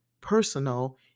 personal